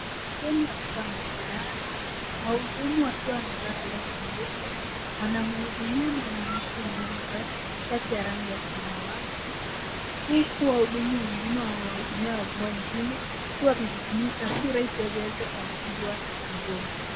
Sehemu ya kutoa matibabu, wahudumu wakiwa wamevaa glavu nyeupe, wanamhudumia mwanamke ambaye amevaa shati ya rangi ya samawati. Huku wahudumu wengine wakiwahudumia wengine, wakiwa wamejifunika sura ili wasiweze kuambukizwa magonjwa.